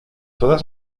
todas